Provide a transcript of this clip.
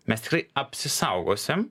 mes tikrai apsisaugosim